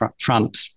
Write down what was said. front